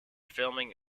filming